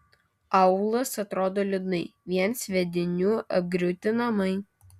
aūlas atrodo liūdnai vien sviedinių apgriauti namai